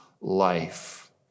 life